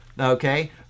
okay